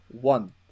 One